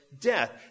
death